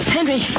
Henry